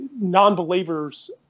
non-believers